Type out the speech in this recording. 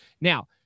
Now